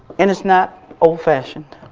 and it's not old fashioned.